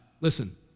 Listen